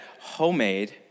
Homemade